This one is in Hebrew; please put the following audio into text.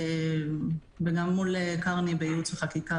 וגם מול קרני בייעוץ וחקיקה,